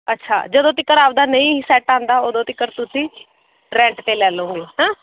ਅੱਛਾ ਜਦੋਂ ਤੱਕ ਆਪਦਾ ਨਹੀਂ ਸੈੱਟ ਆਉਂਦਾ ਉਦੋਂ ਤੱਕ ਤੁਸੀਂ ਰੈਂਟ 'ਤੇ ਲੈ ਲਓਂਗੇ ਹੈਂ